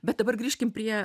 bet dabar grįžkim prie